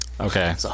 okay